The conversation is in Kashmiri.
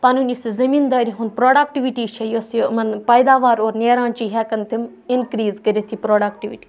پَنُن یُس یہِ زٔمیٖنٛدٲری ہُنٛد پرٛوڈَکٹیٛوِٗٹی چھِ یۄس یہِ یِمَن پیداوار اورٕ نیران چھِ یہِ ہٮ۪کَن تِم اِنکریٖز کٔرِتھ یہِ پرٛوڈَکٹیٛوِٗٹی